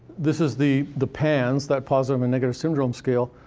this is the the panss, that positive and negative syndrome scale.